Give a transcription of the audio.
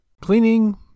Cleaning